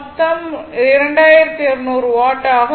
மொத்தம் 2200 வாட் ஆகும்